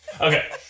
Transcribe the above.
okay